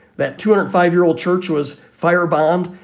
that twenty five year old church was firebombed.